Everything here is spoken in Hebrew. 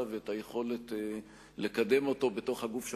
ואת היכולת לקדם אותו בתוך הגוף שאמור,